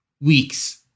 weeks